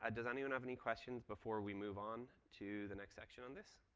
ah does anyone have any questions before we move on to the next section on this?